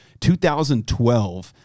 2012